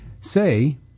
Say